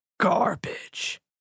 garbage